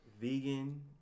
vegan